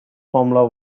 formula